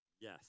Yes